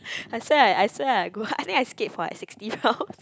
I swear I I swear I go I think I skate for like sixty rounds